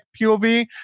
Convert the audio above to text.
POV